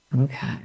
Okay